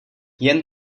jen